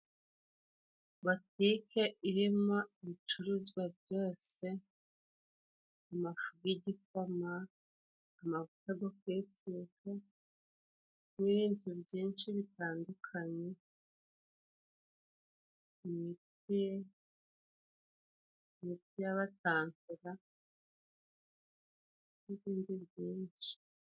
Butike iremo ibicuruzwa byose: amafu y'igikoma, amavuta go gutekesha, n'ibindi byinshi bitandukanye, imiti, imiti y'abatampera n'ibindi byinshi.